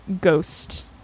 ghost